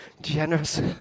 Generous